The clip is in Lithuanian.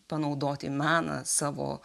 panaudoti meną savo